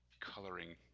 coloring